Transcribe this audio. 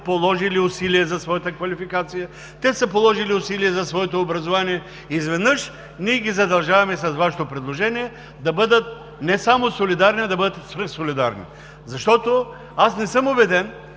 положили усилия за своята квалификация. Те са положили усилия за своето образование и изведнъж ние ги задължаваме с Вашето предложение да бъдат не само солидарни, а да бъдат свръхсолидарни. Аз не съм убеден,